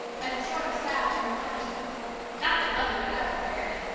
as a sort of salve for her conscience not that mother would ever wear it!